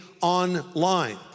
online